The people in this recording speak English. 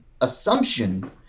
assumption